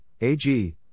AG